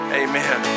amen